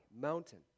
mountain